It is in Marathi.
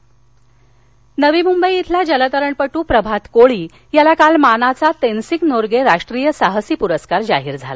परस्कार नवी मुंबई इथला जलतरणपट्र प्रभात कोळी याला काल मानाचा तेनसिंग नोर्गे राष्ट्रीय साहसी पुरस्कार जाहीर झाला